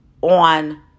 on